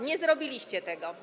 Nie zrobiliście tego.